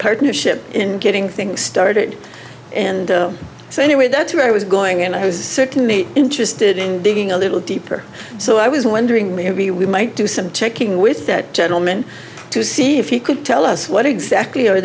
partnership in getting things started and so anyway that's where i was going and i was interested in digging a little deeper so i was wondering maybe we might do some checking with that gentleman to see if he could tell us what exactly are